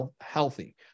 healthy